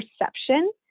perception